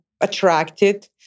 attracted